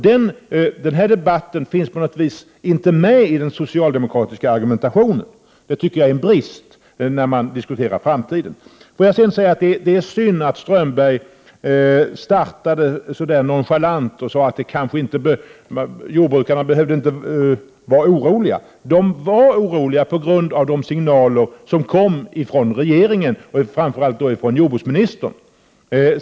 Denna fråga finns på något sätt inte med i den socialdemokratiska argumentationen, och det tycker jag är en brist när man diskuterar framtiden. Jag vill också säga att det är synd att Håkan Strömberg inledde så 29 nonchalant med att säga att jordbrukarna inte behöver vara oroliga. De var oroliga på grund av de signaler som kom från regeringen, framför allt från jordbruksministern.